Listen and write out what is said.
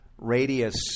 radius